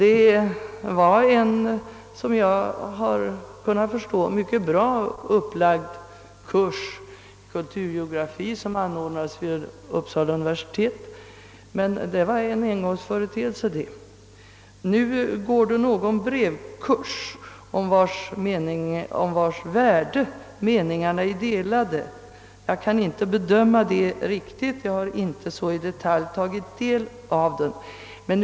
En så vitt jag kan förstå mycket bra upplagd kurs i kulturgeografi anordnades vid Uppsala universitet, men det var en engångsföreteelse. Nu pågår en brevkurs, om vars värde meningarna är delade. Jag kan inte bedöma den saken; jag har inte så i detalj tagit del av kursen.